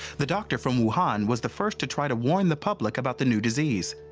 the doctor from wuhan was the first to try to warn the public about the new disease.